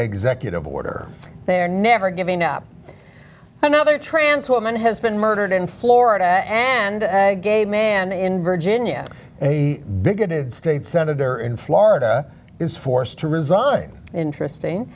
executive order there never giving up another trance woman has been murdered in florida and a gay man in virginia and a bigoted state senator in florida is forced to resign interesting